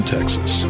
Texas